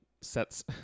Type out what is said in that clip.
sets